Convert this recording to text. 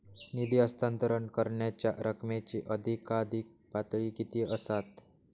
निधी हस्तांतरण करण्यांच्या रकमेची अधिकाधिक पातळी किती असात?